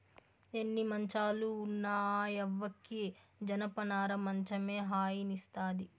ఎన్ని మంచాలు ఉన్న ఆ యవ్వకి జనపనార మంచమే హాయినిస్తాది